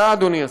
אתה, אדוני השר,